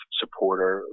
supporter